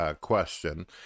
question